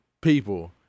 people